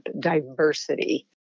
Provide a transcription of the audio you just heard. diversity